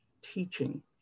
teaching